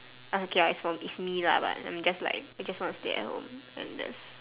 okay I small it's me lah but I mean just like I just wanna stay at home and that's